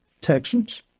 Texans